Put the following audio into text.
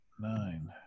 nine